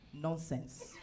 Nonsense